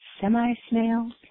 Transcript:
semi-snails